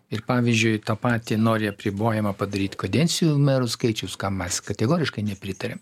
ir pavyzdžiui tą patį nori apribojimą padaryti kadencijų merų skaičiaus kam mes kategoriškai nepritariam